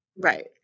Right